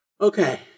okay